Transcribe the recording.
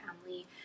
family